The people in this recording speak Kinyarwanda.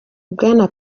bwana